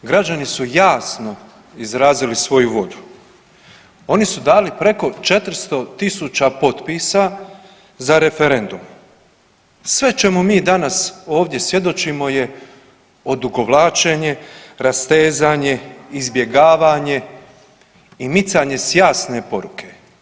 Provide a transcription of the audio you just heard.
Građani su jasno izrazili svoju volju, oni su dali preko 400.000 potpisa za referendum, sve čemu mi danas ovdje svjedočimo je odugovlačenje, rastezanje, izbjegavanje i micanje s jasne poruke.